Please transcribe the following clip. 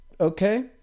okay